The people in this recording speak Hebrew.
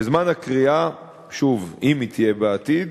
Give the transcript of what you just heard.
בזמן הכרייה, שוב, אם היא תהיה בעתיד,